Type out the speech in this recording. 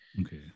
Okay